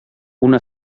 una